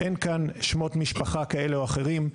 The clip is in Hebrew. אין כאן שמות משפחה כאלה או אחרים.